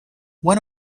when